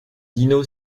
dino